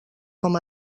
com